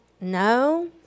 no